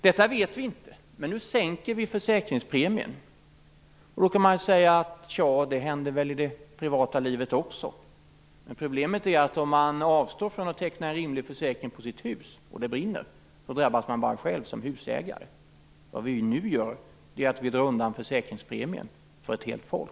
Detta vet vi inte, men nu sänker vi försäkringspremien. Man kan säga: Tja, det händer väl också i det privata livet. Men problemet är att om man avstår från att teckna en rimlig försäkring på sitt hus och det brinner, drabbas man bara själv som husägare. Vad vi nu gör är att vi drar undan försäkringspremien för ett helt folk.